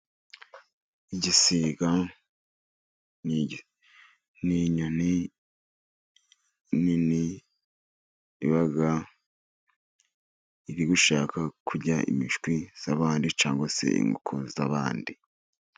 Igisiga ni inyoni nini iba iri gushaka kurya imishwi y'abandi cyangwa se inkoko z'abandi.